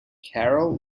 carroll